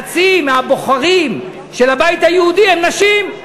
חצי מהבוחרים של הבית היהודי הם נשים.